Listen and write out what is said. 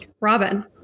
Robin